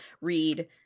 read